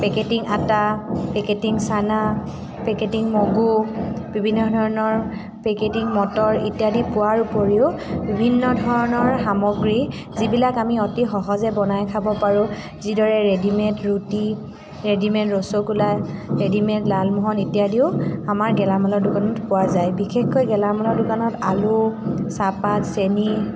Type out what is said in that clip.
packeting আটা packeting চানা packeting মগু বিভিন্ন ধৰণৰ পেকেটিং মটৰ ইত্যাদি পোৱাৰ উপৰিও বিভিন্ন ধৰণৰ সামগ্ৰী যিবিলাক আমি অতি সহজে বনাই খাব পাৰোঁ যিদৰে ৰেডিমেড ৰুটি ৰেডিমেড ৰসগোল্লা ৰেডিমেড লালমোহন ইত্যাদিও আমাৰ গেলামালৰ দোকানত পোৱা যায় বিশেষকৈ গেলামালৰ দোকানত আলু চাহপাত চেনি